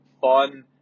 fun